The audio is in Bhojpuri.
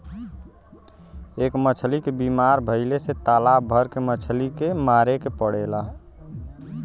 एक मछली के बीमारी भइले से तालाब भर के मछली के मारे के पड़ेला